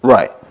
Right